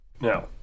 Now